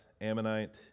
Ammonite